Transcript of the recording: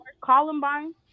columbine